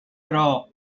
però